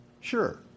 Sure